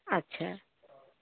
আচ্ছা